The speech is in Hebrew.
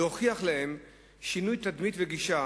להוכיח להן שינוי תדמית וגישה